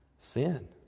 Sin